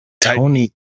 Tony